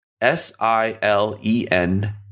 S-I-L-E-N